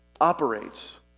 operates